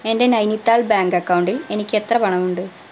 എൻ്റെ നൈനിത്താൾ ബാങ്ക് അക്കൗണ്ടിൽ എനിക്ക് എത്ര പണമുണ്ട്